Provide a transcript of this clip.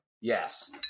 Yes